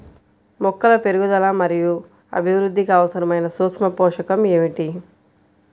మొక్కల పెరుగుదల మరియు అభివృద్ధికి అవసరమైన సూక్ష్మ పోషకం ఏమిటి?